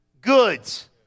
Goods